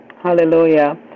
Hallelujah